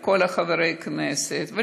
ולכל חברי הכנסת,